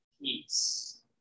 peace